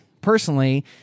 personally